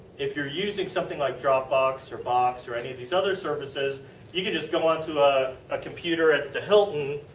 if you are using something like dropbox or box or any of these other services you can just go onto a ah computer at the hilton,